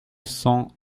cent